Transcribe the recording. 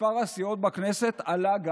מספר הסיעות בכנסת גם עלה,